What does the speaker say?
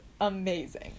amazing